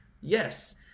Yes